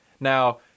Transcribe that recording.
now